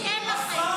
די עם השקרים,